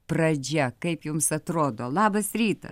pradžia kaip jums atrodo labas rytas